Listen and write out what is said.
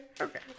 Okay